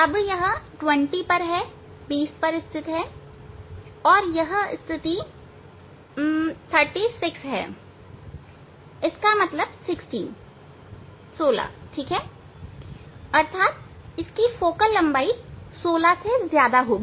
अब 20 पर स्थित है और यह स्थिति 36 है इसका मतलब 16 ठीक है अर्थात इसकी फोकललंबाई 16 से ज्यादा होगी